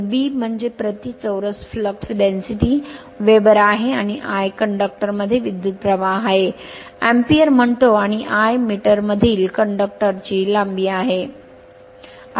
तर B metre प्रति चौरस फ्लॅक्स डेन्सिटी वेबर आहे आणि I कंडक्टर मध्ये विद्युत् प्रवाह आहे अँपिअर म्हणतो आणि l मीटर मधील कंडक्टर ची लांबी आहे